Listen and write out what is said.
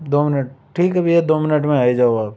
दो मिनट ठीक है भैया दो मिनट में आ ही जाओ आप